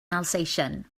alsatian